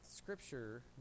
Scripture